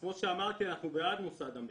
כמו שאמרתי, אנחנו בעד מוסד המכינות,